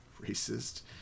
racist